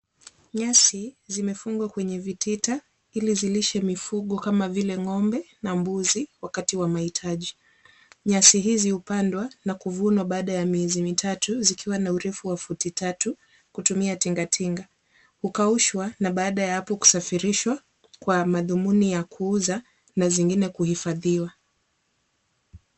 Nyasi zimefungwa kwenye vitita ili zilishe mifugo kama vile ng'ombe na mbuzi wakati wa mahitaji. Nyasi hizi hupandwa na kuvunwa baada ya miezi mitatu zikiwa na urefu wa futi tatu kutumia tingatinga. Hukaushwa na baada ya hapo kusafirishwa kwa madhumuni ya kiuza na zingine kuhifadhiwa.